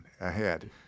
ahead